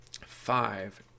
five